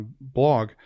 blog